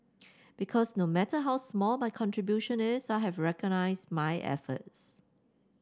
because no matter how small my contribution is I have been recognised my efforts